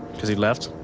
because he left.